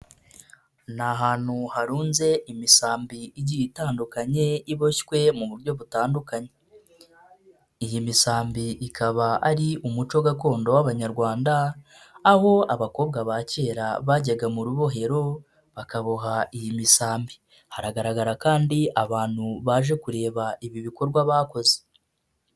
Ni ahantu harunze imisambi igiye itandukanye iboshywe mu buryo butandukanye, iyi misambi ikaba ari umuco gakondo w'abanyarwanda, aho abakobwa ba kera bajyaga mu rubohero bakaboha iyi misambi, hagaragara kandi abantu baje kureba ibi bikorwa bakoze.